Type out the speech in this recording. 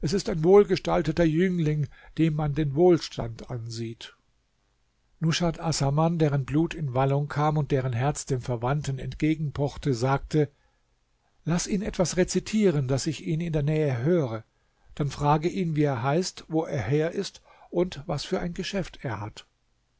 ist ein wohlgestalteter jüngling dem man den wohlstand ansieht nushat assaman deren blut in wallung kam und deren herz dem verwandten entgegen pochte sagte laß ihn etwas rezitieren daß ich ihn in der nähe höre dann frage ihn wie er heißt wo er her ist und was für ein geschäft er hat